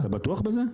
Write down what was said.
אתה בטוח בזה?